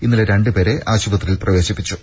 ഇന്നലെ രണ്ടു പേരെ ആശുപത്രിയിൽ പ്രവേശിപ്പിച്ചു